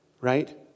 Right